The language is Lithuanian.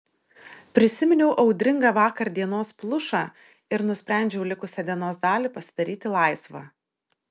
prisiminiau audringą vakardienos plušą ir nusprendžiau likusią dienos dalį pasidaryti laisvą